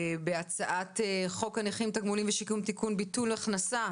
ובהצעת חוק הנכים (תגמולים ושיקום) (תיקון ביטול מבחן הכנסה),